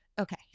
okay